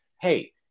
hey